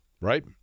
right